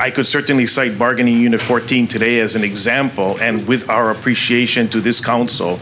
i could certainly cite bargain a unifor team today as an example and with our appreciation to this council